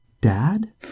Dad